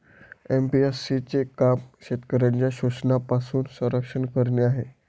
APMC चे काम शेतकऱ्यांचे शोषणापासून संरक्षण करणे आहे